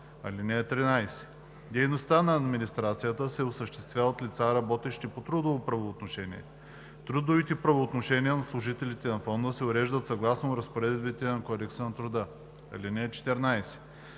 т. 1. (13) Дейността на администрацията се осъществява от лица, работещи по трудово правоотношение. Трудовите правоотношения на служителите на фонда се уреждат съгласно разпоредбите на Кодекса на труда. (14)